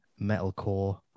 metalcore